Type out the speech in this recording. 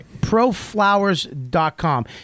proflowers.com